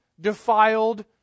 defiled